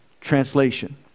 translation